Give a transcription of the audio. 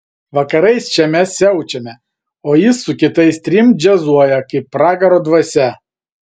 vakarais čia mes siaučiame o jis su kitais trim džiazuoja kaip pragaro dvasia